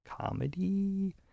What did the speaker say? comedy